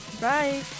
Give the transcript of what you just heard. Bye